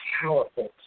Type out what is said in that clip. powerful